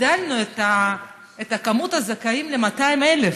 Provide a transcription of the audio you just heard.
הגדלנו את מספר הזכאים ל-200,00.